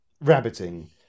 rabbiting